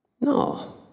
No